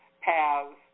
paths